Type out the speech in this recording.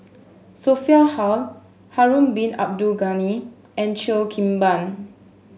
Sophia Hull Harun Bin Abdul Ghani and Cheo Kim Ban